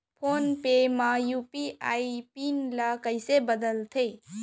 Phone पे म UPI PIN ल कइसे बदलथे?